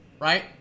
right